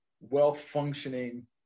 well-functioning